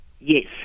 Yes